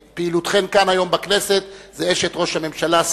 פעילותכן כאן היום בכנסת זו אשת ראש הממשלה,